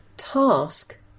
task